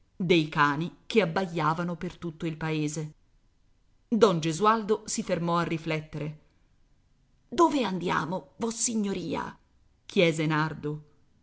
dei cani che abbaiavano per tutto il paese don gesualdo si fermò a riflettere dove andiamo vossignoria chiese nardo